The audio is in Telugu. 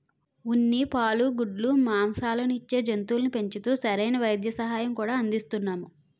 ఉన్ని, పాలు, గుడ్లు, మాంససాలను ఇచ్చే జంతువుల్ని పెంచుతూ సరైన వైద్య సహాయం కూడా అందిస్తున్నాము